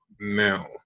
now